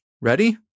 Ready